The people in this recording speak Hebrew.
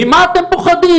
ממה אתם פוחדים?